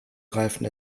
reifen